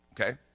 Okay